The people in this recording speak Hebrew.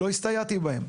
לא הסתייעתי בהם.